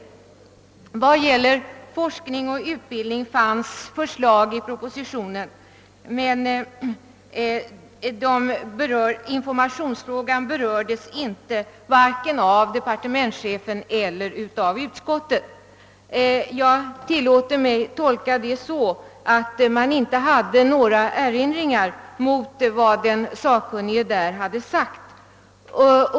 Vad gäller forskning och utbildning fanns förslag i propositionen, men informationsfrågan berördes inte av vare sig departementschefen eller utskottet. Jag tillåter mig att tolka detta som om man inte hade några erinringar att göra mot vad den sakkunnige där hade sagt.